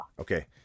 Okay